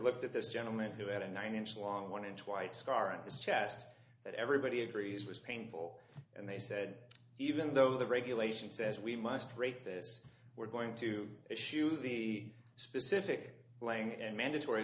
looked at this gentleman who had a nine inch long one inch wide scar on his chest that everybody agrees was painful and they said even though the regulation says we must break this we're going to issue the specific playing and mandatory